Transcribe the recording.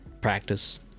practice